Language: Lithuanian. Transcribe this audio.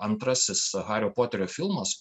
antrasis hario poterio filmas